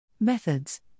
Methods